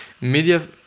Media